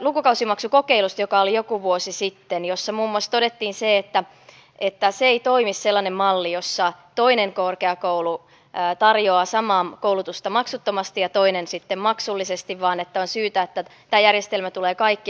lukukausimaksukokeilusta joka oli joku vuosi sitten ja jossa muun muassa todettiin se että sellainen malli ei toimi jossa toinen korkeakoulu tarjoaa samaa koulutusta maksuttomasti ja toinen sitten maksullisesti vaan että on syytä että tämä järjestelmä tulee kaikkien käyttöön